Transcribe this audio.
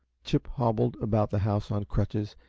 chip hobbled about the house on crutches,